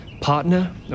Partner